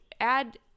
add